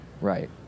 Right